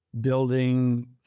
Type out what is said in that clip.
building